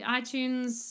iTunes